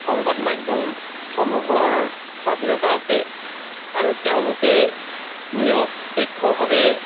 সংবাদ মাধ্যমসমূহৰ স্বাধীনতা আছে আৰু তেওঁলোকে নিৰপেক্ষভাৱে